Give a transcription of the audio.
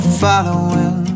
following